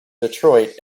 detroit